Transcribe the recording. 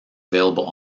available